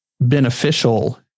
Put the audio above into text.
beneficial